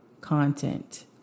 content